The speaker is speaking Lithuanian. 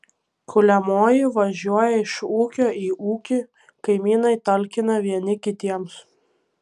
kuliamoji važiuoja iš ūkio į ūkį kaimynai talkina vieni kitiems